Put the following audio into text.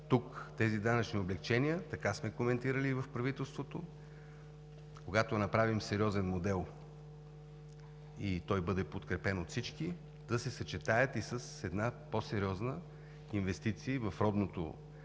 тук тези данъчни облекчения – така сме коментирали и в правителството, когато направим сериозен модел и той бъде подкрепен от всички, да се съчетаят и с една по-сериозна инвестиция в родното